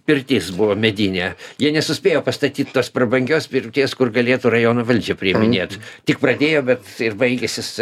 pirtis buvo medinė jie nesuspėjo pastatyt tos prabangios pirties kur galėtų rajono valdžią priiminėt tik pradėjo bet baigėsis